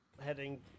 Heading